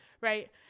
right